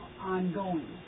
ongoing